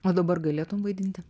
o dabar galėtum vaidinti